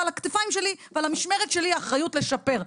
ועל הכתפיים שלי על המשמרת שלי האחריות לשפר.